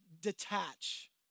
detach